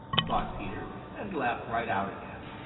thought peter, and laughed right out again.